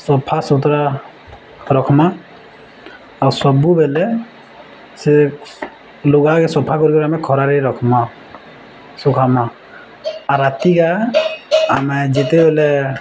ସଫା ସୁତୁରା ରଖ୍ମା ଆଉ ସବୁବେଲେ ସେ ଲୁଗାକେ ସଫା କରିକିରି ଆମେ ଖରାରେ ରଖ୍ମା ସୁଖାମା ଆଉ ରାତିକା ଆମେ ଯେତେବେଲେ